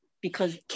because-